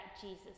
Jesus